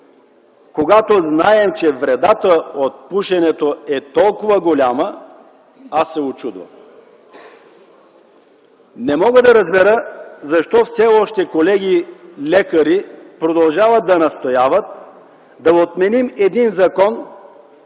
когато знаем, че вредата от пушенето е толкова голяма, се учудвам! Не мога да разбера защо все още колеги-лекари, продължават да настояват да отменим един закон,